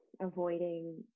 avoiding